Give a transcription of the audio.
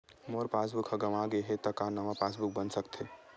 मोर passbook ह गंवा गे हे त का नवा पास बुक बन सकथे?